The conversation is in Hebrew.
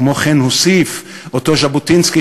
וכמו כן הוסיף אותו ז'בוטינסקי,